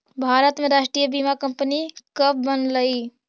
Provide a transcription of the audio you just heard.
भारत में राष्ट्रीय बीमा कंपनी कब बनलइ?